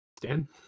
Dan